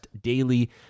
daily